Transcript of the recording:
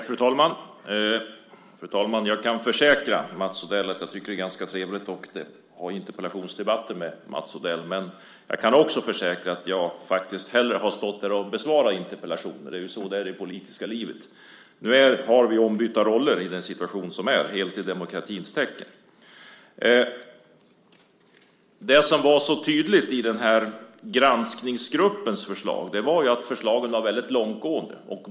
Fru talman! Jag kan försäkra Mats Odell att jag tycker att det är ganska trevligt att ha interpellationsdebatter med Mats Odell, men jag kan också försäkra att jag faktiskt hellre hade stått och svarat på interpellationer. Det är så det är i det politiska livet. Nu har vi ombytta roller i den situation som är, helt i demokratins tecken. Det som var så tydligt i granskningsgruppens förslag var att förslagen var väldigt långtgående.